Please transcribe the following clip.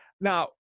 Now